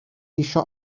eisiau